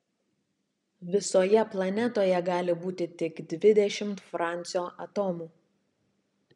visoje planetoje gali būti tik dvidešimt francio atomų